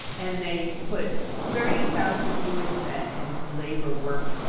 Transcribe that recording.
and, they put thirty thousand jewish men into labor work,